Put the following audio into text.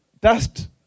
Dust